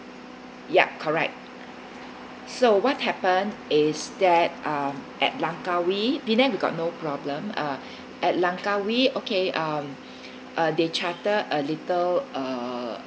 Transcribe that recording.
yup correct so what happen is that um at langkawi penang we got no problem uh at langkawi okay um uh they charter a little uh